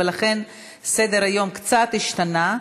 ולכן סדר-היום קצת השתנה.